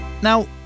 Now